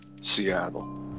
Seattle